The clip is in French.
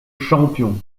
champion